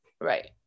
right